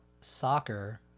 soccer